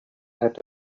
set